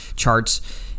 charts